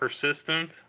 persistent